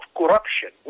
corruption